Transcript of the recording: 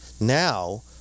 now